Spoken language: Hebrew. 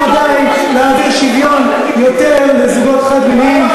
להעביר יותר שוויון לזוגות חד-מיניים.